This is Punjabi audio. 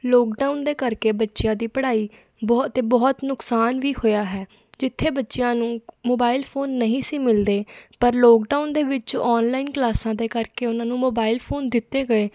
ਲੋਕਡਾਊਨ ਦੇ ਕਰਕੇ ਬੱਚਿਆਂ ਦੀ ਪੜ੍ਹਾਈ ਬਹੁਤ 'ਤੇ ਬਹੁਤ ਨੁਕਸਾਨ ਵੀ ਹੋਇਆ ਹੈ ਜਿੱਥੇ ਬੱਚਿਆਂ ਨੂੰ ਮੋਬਾਇਲ ਫੋਨ ਨਹੀਂ ਸੀ ਮਿਲਦੇ ਪਰ ਲੋਕਡਾਊਨ ਦੇ ਵਿੱਚ ਔਨਲਾਈਨ ਕਲਾਸਾਂ ਦੇ ਕਰਕੇ ਉਹਨਾਂ ਨੂੰ ਮੋਬਾਈਲ ਫੋਨ ਦਿੱਤੇ ਗਏ